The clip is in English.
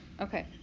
Okay